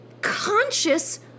conscious